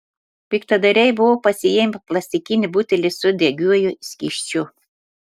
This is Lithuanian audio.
piktadariai buvo pasiėmę plastikinį butelį su degiuoju skysčiu